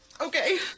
Okay